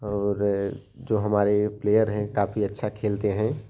और जो हमारे प्लेयर हैं काफ़ी अच्छा खेलते हैं